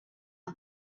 போக